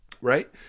Right